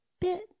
bit